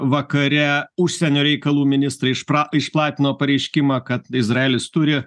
vakare užsienio reikalų ministrai išpra išplatino pareiškimą kad izraelis turi